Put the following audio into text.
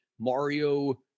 Mario